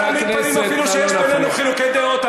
אל תעמיד פנים אפילו שיש בינינו חילוקי דעות,